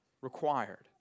required